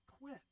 quit